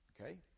Okay